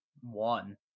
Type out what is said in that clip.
one